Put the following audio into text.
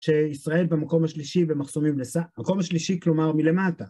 שישראל במקום השלישי במחסומים לס... מקום השלישי, כלומר מלמטה.